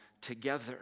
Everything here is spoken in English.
together